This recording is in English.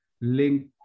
link